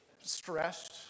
stressed